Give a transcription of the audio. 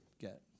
get